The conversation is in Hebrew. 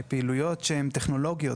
לפעילויות שהן טכנולוגיות,